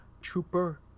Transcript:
trooper